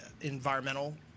environmental